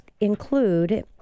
include